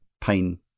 pain